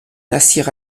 nasir